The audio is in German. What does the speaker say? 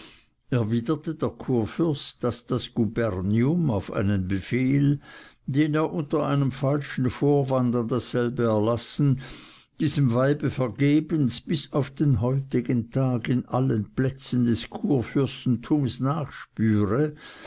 der kurfürst daß das gubernium auf einen befehl den er unter einem falschen vorwand an dasselbe erlassen diesem weibe vergebens bis auf den heutigen tag in allen plätzen des kurfürstentums nachspüre